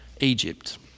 Egypt